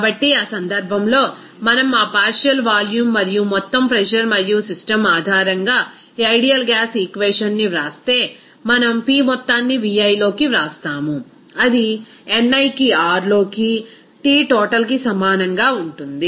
కాబట్టి ఆ సందర్భంలో మనం ఆ పార్షియల్ వాల్యూమ్ మరియు మొత్తం ప్రెజర్ మరియు సిస్టమ్ ఆధారంగా ఐడియల్ గ్యాస్ ఈక్వేషన్ ని వ్రాస్తే మనం P మొత్తాన్ని Vi లోకి వ్రాస్తాము అది niకి R లోకి T టోటల్కి సమానంగా ఉంటుంది